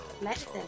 medicine